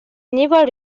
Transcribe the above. never